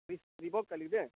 जी Reebok का लिख दें